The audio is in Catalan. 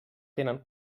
tenen